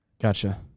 Gotcha